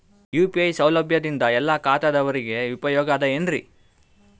UPI ಸೌಲಭ್ಯದಿಂದ ಎಲ್ಲಾ ಖಾತಾದಾವರಿಗ ಉಪಯೋಗ ಅದ ಏನ್ರಿ?